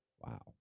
Wow